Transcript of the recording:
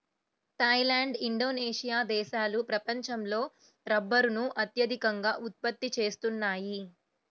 Thai land, Indonesia దేశాలు ప్రపంచంలో రబ్బరును అత్యధికంగా ఉత్పత్తి చేస్తున్నాయి